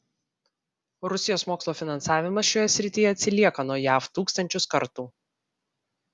rusijos mokslo finansavimas šioje srityje atsilieka nuo jav tūkstančius kartų